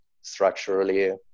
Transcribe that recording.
structurally